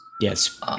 Yes